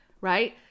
Right